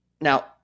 Now